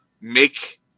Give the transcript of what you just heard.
make